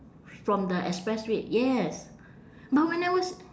from the expressway yes but when I was